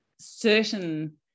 certain